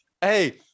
Hey